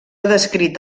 descrit